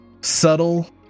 subtle